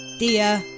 dear